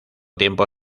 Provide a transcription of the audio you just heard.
tiempo